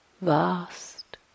vast